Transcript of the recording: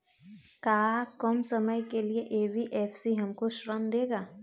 का कम समय के लिए एन.बी.एफ.सी हमको ऋण देगा?